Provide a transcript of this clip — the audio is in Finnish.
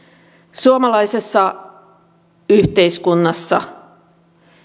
suomalaisessa yhteiskunnassa